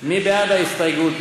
מי בעד ההסתייגות?